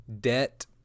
debt